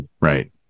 Right